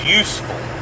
useful